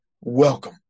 Welcome